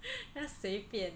随便